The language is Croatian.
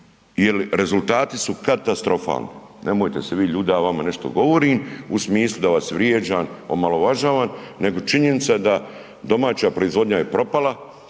Jel rezultati su katastrofalni, nemojte se vi ljutiti da ja vama nešto govorim u smislu da vas vrijeđam, omalovažavam nego je činjenica da je domaća proizvodnja propala